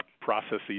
processes